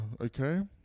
Okay